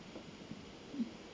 mm